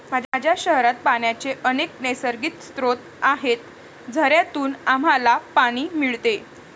माझ्या शहरात पाण्याचे अनेक नैसर्गिक स्रोत आहेत, झऱ्यांतून आम्हाला पाणी मिळते